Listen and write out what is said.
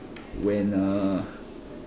when uh